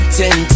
ten